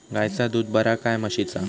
गायचा दूध बरा काय म्हशीचा?